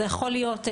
זה יכול להיות השעיה,